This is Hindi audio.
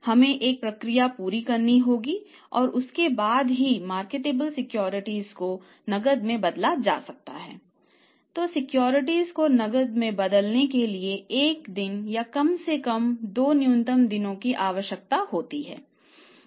हमें एक प्रक्रिया पूरी करनी होगी और उसके बाद ही मार्केटेबल सिक्योरिटीजको नकदी में बदलने के लिए एक दिन या कम से कम 2 न्यूनतम की आवश्यकता होती है